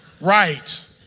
Right